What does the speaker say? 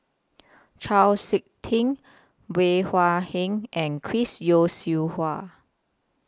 Chau Sik Ting Bey Hua Heng and Chris Yeo Siew Hua